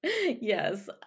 Yes